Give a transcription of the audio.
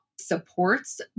supports